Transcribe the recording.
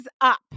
up